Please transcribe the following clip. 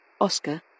Oscar